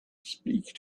speak